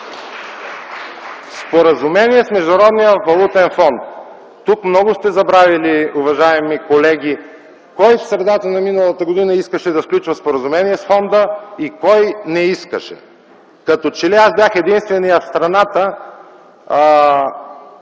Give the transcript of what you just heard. Споразумения с Международния валутен фонд. Уважаеми колеги, тук много сте забравили кой в средата на миналата година искаше да сключва споразумения с Фонда и кой не искаше. Като че ли аз бях единственият в страната,